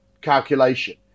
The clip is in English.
calculation